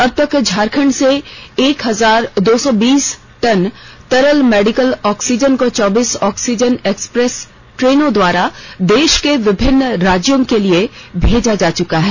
अब तक झारखंड से एक हजार एक सौ बीस टन तरल मेडिकल ऑक्सीजन को चौबीस ऑक्सीजन एक्सप्रेस ट्रेनों द्वारा देष के विभिन्न राज्यों के लिए भेजा जा चुका है